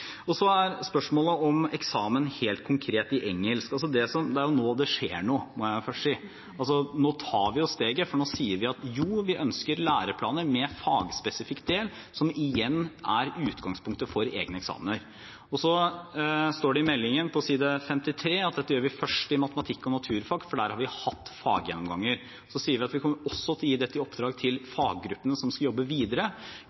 Så til spørsmålet om eksamen – helt konkret i engelsk. Det er nå det skjer noe, må jeg først si. Nå tar vi steget, for nå sier vi: Jo, vi ønsker læreplaner med fagspesifikk del, som igjen er utgangspunktet for egne eksamener. I meldingen står det på side 53 at dette gjør vi først i matematikk og naturfag, for der har vi hatt faggjennomganger. Så sier vi at vi kommer også til å gi dette i oppdrag til